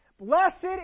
Blessed